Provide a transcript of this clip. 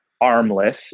armless